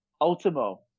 Ultimo